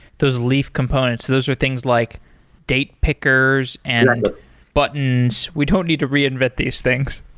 those leaf components, those are things like date pickers and buttons. we don't need to reinvent these things.